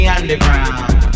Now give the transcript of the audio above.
Underground